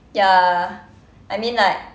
ya I mean like